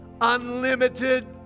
unlimited